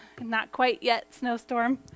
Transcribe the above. not-quite-yet-snowstorm